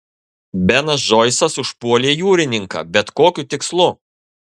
benas džoisas užpuolė jūrininką bet kokiu tikslu